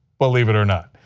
believe it or not.